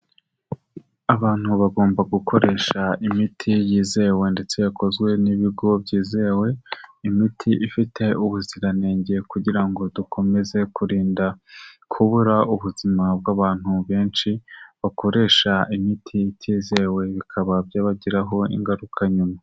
Abantu bagomba gukoresha imiti yizewe ndetse yakozwe n'ibigo byizewe, imiti ifite ubuziranenge kugira ngo dukomeze kurinda kubura ubuzima bw'abantu benshi, bakoresha imiti itizewe bikaba byabagiraho ingaruka nyuma.